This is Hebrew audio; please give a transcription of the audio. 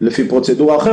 לפי פרוצדורה אחרת.